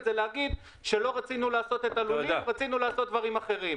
זה לומר שלא רצינו לעשות את הלולים אלא רצינו לעשות דברים אחרים.